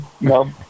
no